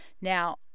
now